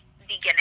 beginning